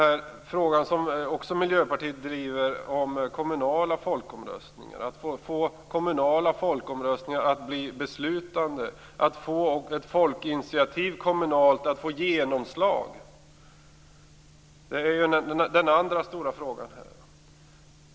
En fråga som Miljöpartiet också driver är kommunala folkomröstningar - att få kommunala folkomröstningar att bli beslutande, att få till stånd ett genomslag av kommunalt folkinitiativ.